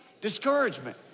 discouragement